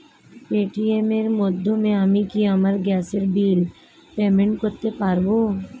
Paytm এর মাধ্যমে আমি কি আমার গ্যাসের বিল পেমেন্ট করতে পারব?